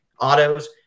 autos